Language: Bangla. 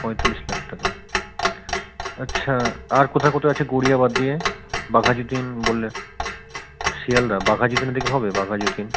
পঁয়তাল্লিশ লাখ টাকা আচ্ছা আর কোথায় কোথায় আছে গড়িয়া বাদ দিয়ে বাঘাযতীন বললেন শিয়ালদা বাঘাযতীনের দিকে হবে বাঘাযতীন